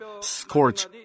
scorch